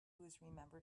remember